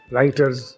Writers